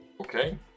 Okay